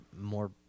more